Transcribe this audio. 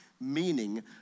meaning